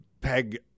peg